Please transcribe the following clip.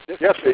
Yes